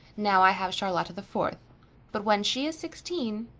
now i have charlotta the fourth but when she is sixteen.